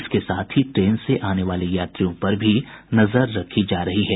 इसके साथ ही ट्रेन से आने वाले यात्रियों पर भी नजर रखी जा रही है